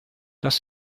das